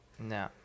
no